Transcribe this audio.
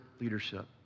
leadership